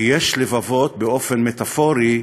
כי יש לבבות, באופן מטפורי,